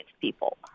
people